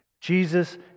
Jesus